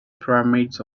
pyramids